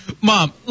Mom